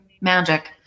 magic